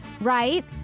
Right